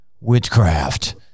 witchcraft